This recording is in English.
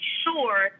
sure